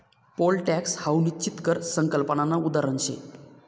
pole tax हाऊ निश्चित कर संकल्पनानं उदाहरण शे